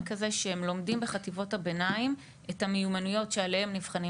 כזה שהם לומדים בחטיבות הביניים את המיומנויות שעליהן נבחנים